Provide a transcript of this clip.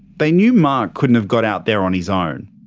they knew mark couldn't have got out there on his own.